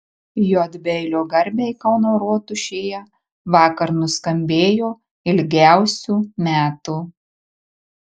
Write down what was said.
j beilio garbei kauno rotušėje vakar nuskambėjo ilgiausių metų